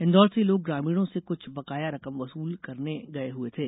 इन्दौर से ये लोग ग्रामीणों से कुछ बकाया रकम वसूल करने गये हुए थे